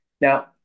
Now